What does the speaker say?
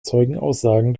zeugenaussagen